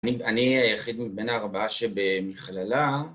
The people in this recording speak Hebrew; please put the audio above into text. אני היחיד בין הארבעה שבמכללה